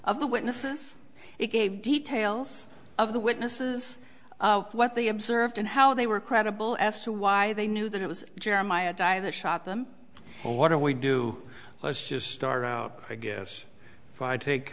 of the witnesses it gave details of the witnesses what they observed and how they were credible as to why they knew that it was jeremiah di that shot them or what do we do let's just start out i guess if i take